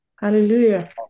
Hallelujah